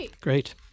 Great